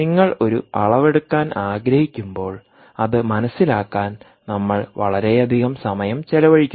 നിങ്ങൾ ഒരു അളവെടുക്കാൻ ആഗ്രഹിക്കുമ്പോൾ അത് മനസിലാക്കാൻ നമ്മൾ വളരെയധികം സമയം ചെലവഴിക്കുന്നു